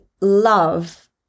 love